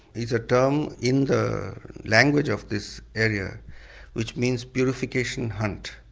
it's a term in the language of this area which means purification hunt.